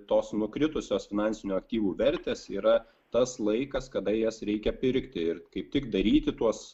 tos nukritusios finansinių aktyvų vertės yra tas laikas kada jas reikia pirkti ir kaip tik daryti tuos